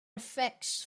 effects